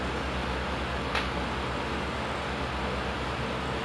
even though I didn't like some of them but it's all Gucci